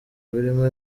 birimo